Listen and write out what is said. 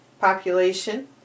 population